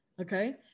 okay